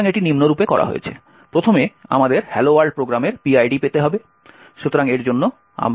সুতরাং এটি নিম্নরূপ করা হয়েছে প্রথমে আমাদের হ্যালো ওয়ার্ল্ড প্রোগ্রামের PID পেতে হবে